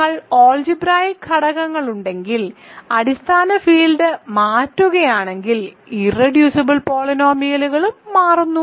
നിങ്ങൾക്ക് ആൾജിബ്രായിക്ക് ഘടകങ്ങളുണ്ടെങ്കിൽ അടിസ്ഥാന ഫീൽഡ് മാറ്റുകയാണെങ്കിൽ ഇർറെഡ്യൂസിബിൾ പോളിനോമിയലും മാറുന്നു